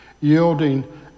yielding